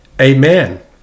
amen